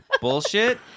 Bullshit